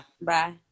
Bye